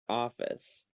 office